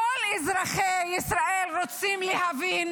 כל אזרחי ישראל רוצים להבין,